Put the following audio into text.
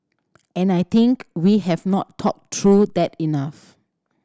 and I think we have not talked through that enough